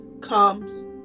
comes